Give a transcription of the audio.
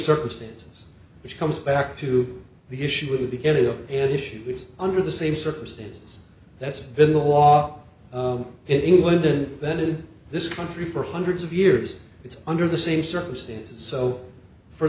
circumstances which comes back to the issue of the beginning of an issue which under the same circumstances that's been the law included that in this country for hundreds of years it's under the same circumstances so for